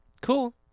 cool